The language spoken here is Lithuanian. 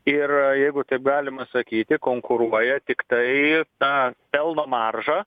ir jeigu taip galima sakyti konkuruoja tiktai ta pelno marža